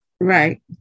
right